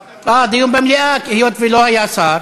אה, דיון במליאה, היות שלא היה שר,